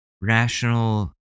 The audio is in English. rational